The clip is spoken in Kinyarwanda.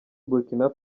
burkina